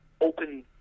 open